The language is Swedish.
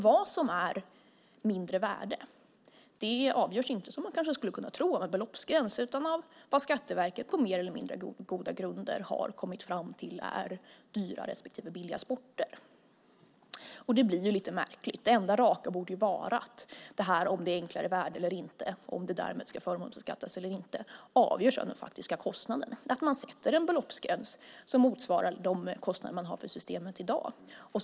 Vad som är mindre värde avgörs inte som man skulle kunna tro av en beloppsgräns utan av vad Skatteverket på mer eller mindre goda grunder har kommit fram till är dyra respektive billiga sporter. Det blir lite märkligt. Det enda raka borde vara att frågan om det är enklare värde eller inte och därmed ska förmånsbeskattas eller inte avgörs av den faktiska kostnaden och att man sätter en beloppsgräns som motsvarar kostnaderna man har för systemet i dag.